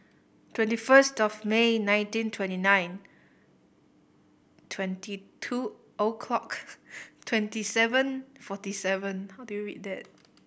twenty first of May nineteen twenty nine twenty two o'clock twenty seven forty seven